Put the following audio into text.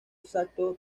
exacto